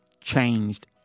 changed